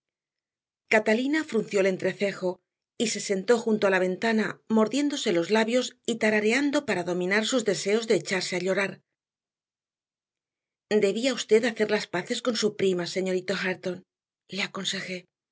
ahí catalina frunció el entrecejo y se sentó junto a la ventana mordiéndose los labios y tarareando para dominar sus deseos de echarse a llorar debía usted hacer las paces con su prima señorito hareton le aconsejé